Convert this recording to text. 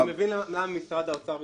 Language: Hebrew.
אני מבין למה משרד האוצר מתנגד.